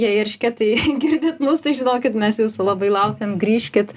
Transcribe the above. jei eršketai girdit mus tai žinokit mes jūsų labai laukiam grįžkit